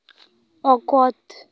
ᱚᱠᱚᱛ